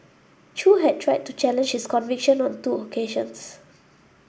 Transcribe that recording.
Chew had tried to challenge his conviction on two occasions